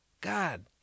God